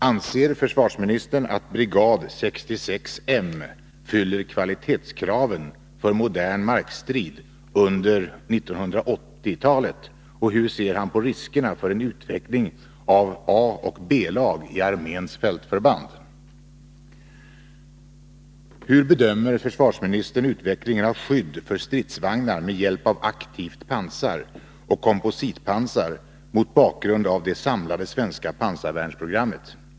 Anser försvarsministern att brigad 66 M fyller kvalitetskraven för modern markstrid under 1980-talet, och hur ser han på riskerna för en utveckling av A och B-lag i arméns fältförband? 3. Hur bedömer försvarsministern utvecklingen av skydd för stridsvagnar med hjälp av aktivt pansar och kompositpansar mot bakgrund av det samlade svenska pansarvärnsprogrammet?